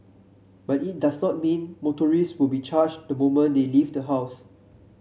but it does not mean motorists will be charged the moment they leave the house